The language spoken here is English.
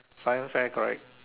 sign sign correct